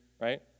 right